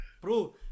bro